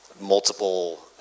multiple